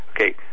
Okay